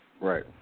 Right